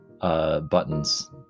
buttons